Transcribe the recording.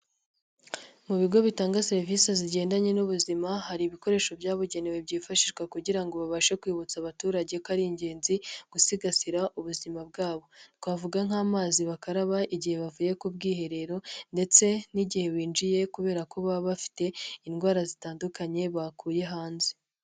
Mu bigo bitanga serivisi zigendanye n'ubuzima hari ibikoresho byabugenewe byifashishwa kugira ngo babashe kwibutsa abaturage ko ari ingenzi gusigasira ubuzima bwabo, twavuga nk'amazi bakaraba igihe bavuye ku bwiherero ndetse n'igihe binjiye kubera ko baba bafite indwara zitandukanye bakuye hanze.